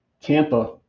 Tampa